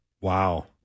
Wow